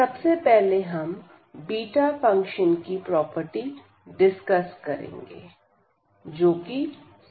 सबसे पहले हम बीटा फंक्शन की प्रॉपर्टी डिस्कस करेंगे जोकि सिमिट्री प्रॉपर्टी है